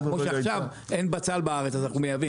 כמו שעכשיו אין בצל בארץ אז אנחנו מייבאים.